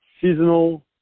seasonal